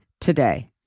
today